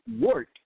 work